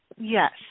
Yes